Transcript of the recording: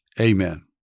amen